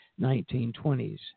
1920s